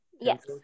Yes